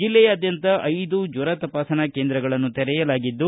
ಜಿಲ್ಲೆಯಾದ್ಯಂತ ಐದು ಜ್ವರ ತಪಾಸಣಾ ಕೇಂದ್ರಗಳನ್ನು ತೆರೆಯಲಾಗಿದ್ದು